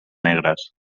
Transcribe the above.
negres